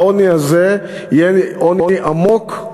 העוני הזה יהיה עוני עמוק.